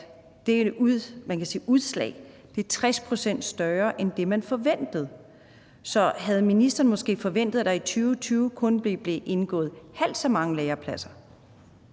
at det er 60 pct. større end det, man forventede. Havde ministeren måske forventet, at der i 2020 kun ville blive indgået halvt så mange lærepladser?